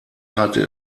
hatte